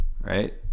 right